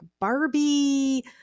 Barbie